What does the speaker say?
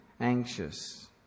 anxious